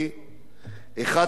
אחת הרשויות